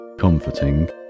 comforting